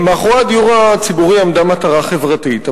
מאחורי הדיור הציבורי עמדה מטרה חברתית.